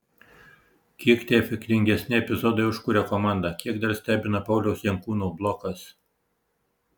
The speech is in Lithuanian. kiek tie efektingesni epizodai užkuria komandą kiek dar stebina pauliaus jankūno blokas